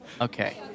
okay